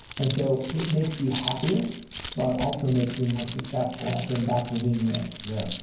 and so it makes you happier while it also makes you more successful. and i think that's a win-win yeah.